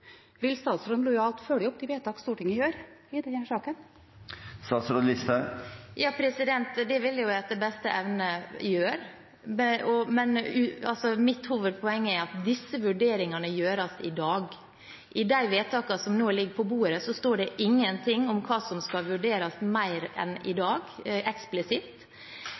Vil statsråden lojalt følge opp de vedtakene som Stortinget gjør i denne saken? Det vil jeg etter beste evne gjøre, men mitt hovedpoeng er at disse vurderingene gjøres i dag. I de forslagene til vedtak som nå ligger på bordet, står det ingenting eksplisitt om hva som skal vurderes mer enn i dag.